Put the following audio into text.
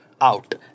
Out